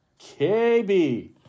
KB